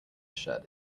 shirt